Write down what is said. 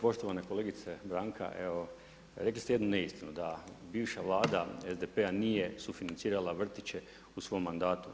Poštovana kolegice Branka, evo rekli ste jednu neistinu da bivša vlada SDP-a nije sufinancirala vrtiće u svom mandatu.